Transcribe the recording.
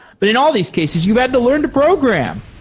but in all these cases, you'd have to learn to program.